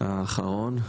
האחרון,